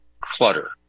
clutter